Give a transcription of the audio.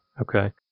Okay